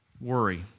worry